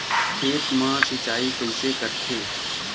खेत मा सिंचाई कइसे करथे?